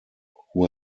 who